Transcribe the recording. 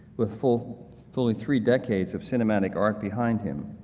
with fully fully three decades of cinematic art behind him,